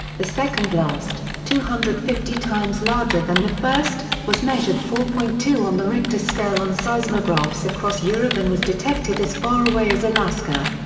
the second blast, two hundred and fifty times larger than the first, was measured four point two on the richter scale on seismographs across europe and was detected as far away as alaska.